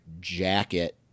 jacket